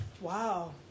Wow